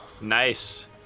Nice